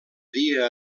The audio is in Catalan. dia